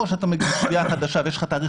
או שאתה מגיש תביעה חדשה ויש לך תאריך